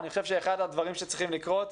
אני חושב שאחד הדברים שצריכים לקרות,